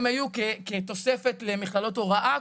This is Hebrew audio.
הם היו כתוספת למכללות הוראה,